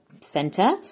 center